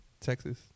Texas